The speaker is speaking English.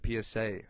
PSA